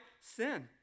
sin